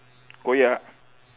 koyak